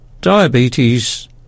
diabetes